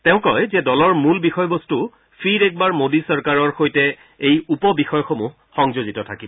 তেওঁ কয় যে দলৰ মূল বিষয়বস্তু ফিৰ একবাৰ মোদী চৰকাৰৰ সৈতে এই উপ বিষয়সমূহ সংযোজিত থাকিব